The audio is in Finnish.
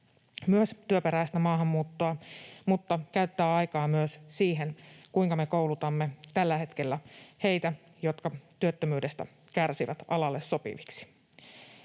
myös työperäistä maahanmuuttoa, mutta käyttää aikaa myös siihen, kuinka me koulutamme tällä hetkellä heitä, jotka työttömyydestä kärsivät, alalle sopiviksi.